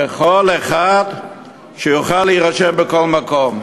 לנישואין, שכל אחד יוכל להירשם בכל מקום.